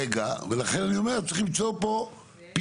רגע, ולכן אני אומר שצריך למצוא פה פתרון.